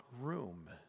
room